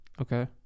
Okay